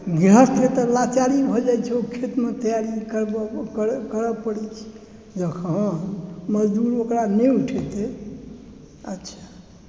गृहस्थके तऽ लाचारी भऽ जाइ छै ओ खेतमे तैयारी करऽ पड़ै छै जखन मजदुर ओकरा नहि उठेतै अच्छा